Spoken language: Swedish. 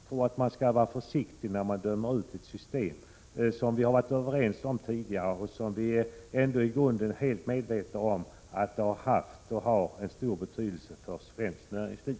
Jag tror att man skall vara försiktig när man dömer ut ett system, som vi har varit överens om tidigare och som — det är vi ändå i grunden helt medvetna om — har haft och har stor betydelse för svenskt näringsliv.